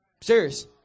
Serious